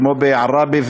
כמו בעראבה,